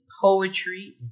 poetry